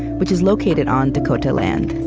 which is located on dakota land.